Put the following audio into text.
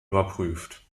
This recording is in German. überprüft